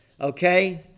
Okay